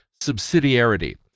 subsidiarity